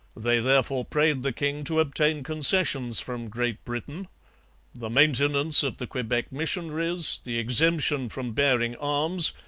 they therefore prayed the king to obtain concessions from great britain the maintenance of the quebec missionaries, the exemption from bearing arms,